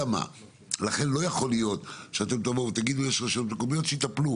לכן לא יכול להיות שאתם תגידו: שהרשות המקומית תטפל.